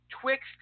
Twix